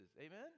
Amen